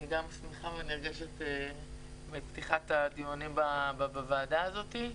אני גם שמחה ונרגשת מפתיחת הדיונים בוועדה הזאת.